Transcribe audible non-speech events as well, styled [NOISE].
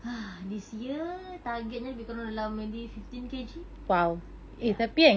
[NOISE] this year target nya lebih kurang dalam maybe fifteen K_G ya